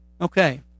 Okay